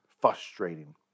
frustrating